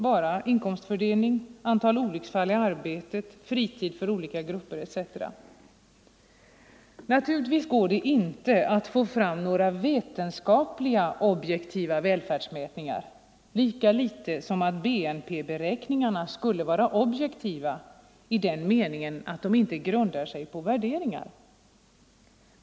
vara inkomstfördelning, antal olycksfall i arbete, 43 fritid för olika grupper etc. Naturligtvis går det inte att få fram några vetenskapliga, objektiva välfärdsmätningar, lika litet som BNP-beräkningarna skulle vara objektiva i den meningen att de inte grundar sig på värderingar.